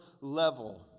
level